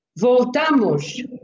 voltamos